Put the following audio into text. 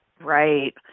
right